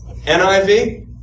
NIV